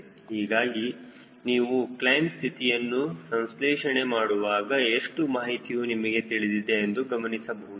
ಹೀಗಾಗಿ ನೀವು ಕ್ಲೈಮ್ ಸ್ಥಿತಿಯನ್ನು ಸಂಸ್ಲೇಷಣೆ ಮಾಡುವಾಗ ಎಷ್ಟು ಮಾಹಿತಿಯೂ ನಿಮಗೆ ತಿಳಿದಿದೆ ಎಂದು ಗಮನಿಸಬಹುದು